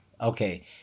Okay